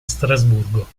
strasburgo